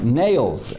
nails